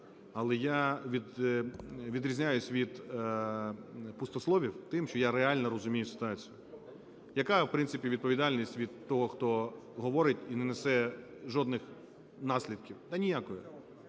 Але я відрізняюсь від пустословів тим, що я реально розумію ситуацію. Яка в принципі відповідальність від того, хто говорить і не несе жодних наслідків? Та ніякої.